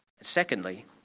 Secondly